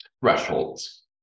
thresholds